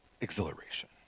exhilaration